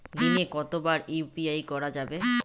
দিনে কতবার ইউ.পি.আই করা যাবে?